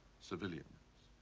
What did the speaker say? civilians.